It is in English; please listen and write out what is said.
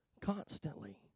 constantly